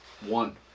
One